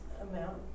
amount